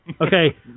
Okay